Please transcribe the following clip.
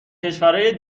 کشورای